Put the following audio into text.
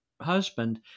husband